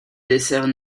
dessert